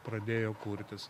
pradėjo kurtis